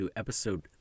episode